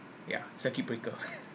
ya circuit breaker